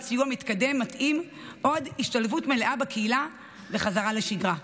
סיוע מתקדם מתאים או עד השתלבות מלאה בקהילה וחזרה לשגרה.